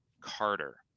Carter